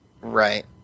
Right